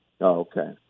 Okay